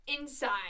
inside